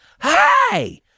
hi